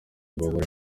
bagore